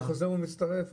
אני חוזר ומצטרף.